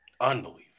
Unbelievable